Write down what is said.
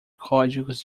códigos